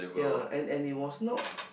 yea and and it was not